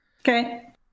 Okay